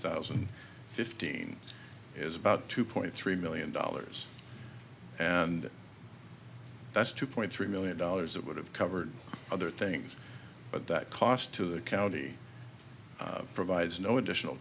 thousand and fifteen is about two point three million dollars and that's two point three million dollars that would have covered other things but that cost to the county provides no additional